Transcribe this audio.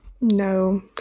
No